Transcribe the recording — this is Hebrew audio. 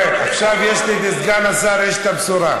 אתה רואה, עכשיו לסגן השר יש את הבשורה.